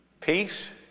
peace